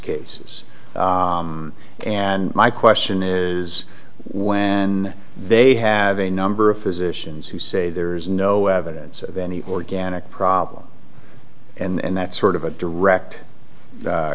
cases and my question is when they have a number of physicians who say there is no evidence of any organic problem and that sort of a direct